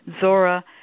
Zora